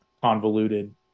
convoluted